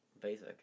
basic